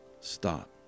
Stop